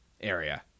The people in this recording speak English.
area